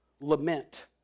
lament